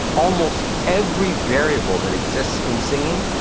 almost every variable that exists in singing,